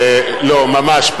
לא, ממש.